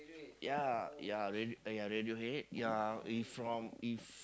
ya ya Rad~ ya Radiohead ya he from if